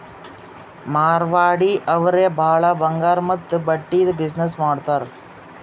ಮಾರ್ವಾಡಿ ಅವ್ರೆ ಭಾಳ ಬಂಗಾರ್ ಮತ್ತ ಬಟ್ಟಿದು ಬಿಸಿನ್ನೆಸ್ ಮಾಡ್ತಾರ್